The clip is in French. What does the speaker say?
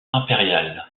impérial